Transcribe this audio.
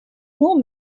nur